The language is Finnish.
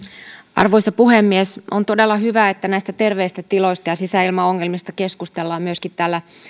arvoisa puhemies on todella hyvä että näistä terveistä tiloista ja sisäilmaongelmista keskustellaan myöskin täällä